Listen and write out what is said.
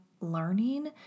learning